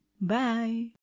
Bye